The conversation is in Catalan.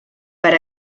per